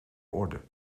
orde